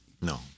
No